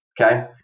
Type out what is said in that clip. Okay